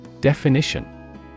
Definition